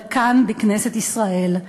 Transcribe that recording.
אבל כאן, בכנסת ישראל,